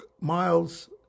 miles